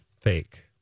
Fake